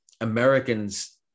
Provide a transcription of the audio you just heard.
Americans